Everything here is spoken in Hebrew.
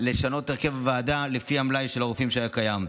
לשנות את הרכב הוועדה לפי המלאי של הרופאים שקיים.